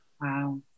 Wow